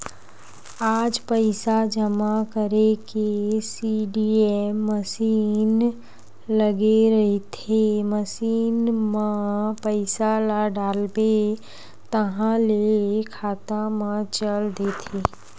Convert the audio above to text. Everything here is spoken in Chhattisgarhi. आज पइसा जमा करे के सीडीएम मसीन लगे रहिथे, मसीन म पइसा ल डालबे ताहाँले खाता म चल देथे